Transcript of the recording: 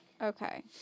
Okay